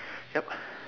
yup